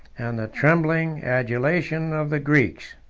and the trembling adulation of the greeks.